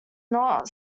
not